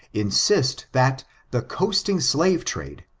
insist that the coasting slave trade,